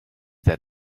that